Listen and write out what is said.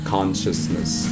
Consciousness